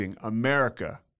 America